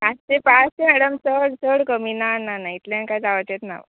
पांचशे पांचशें मॅडम चड चड कमी ना ना ना इतल्यांक कांय जावचेंत ना